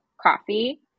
coffee